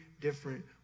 different